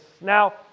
Now